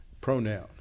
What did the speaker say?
pronoun